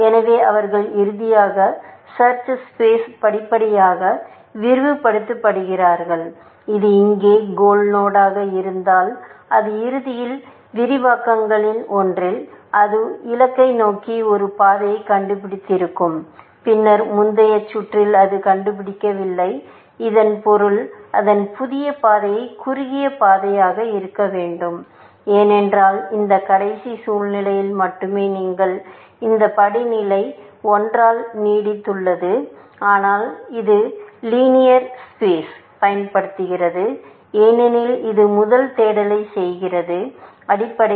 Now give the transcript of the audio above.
எனவே அவர்கள் இறுதியாக சர்ச் ஸ்பேஸை படிப்படியாக விரிவுபடுத்தியிருப்பார்கள் இது இங்கே கோல் நோடு ஆக இருந்தால் அது இறுதியில் விரிவாக்கங்களில் ஒன்றில் அது இலக்கை நோக்கி ஒரு பாதையைக் கண்டுபிடித்திருக்கும் பின்னர் முந்தைய சுற்றில் அது கண்டுபிடிக்கப்படவில்லை இதன் பொருள் அதன் புதிய பாதை குறுகிய பாதையாக இருக்க வேண்டும் ஏனென்றால் இந்த கடைசி சூழ்நிலையில் மட்டுமே நீங்கள் இந்த படிநிலையை 1 ஆல் நீட்டித்தீர்கள் ஆனால் இது லீனியர் ஸ்பேஸை பயன்படுத்துகிறது ஏனெனில் இது முதல் தேடலைச் செய்கிறது அடிப்படையில்